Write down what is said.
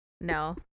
No